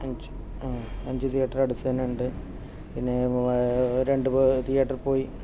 അഞ്ച് അഞ്ച് തിയേറ്റർ അടുത്തുതന്നെ ഉണ്ട് പിന്നെ രണ്ടു തിയേറ്റർ പോയി